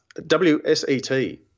WSET